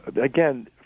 Again